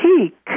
peak